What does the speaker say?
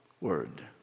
word